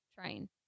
train